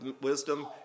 wisdom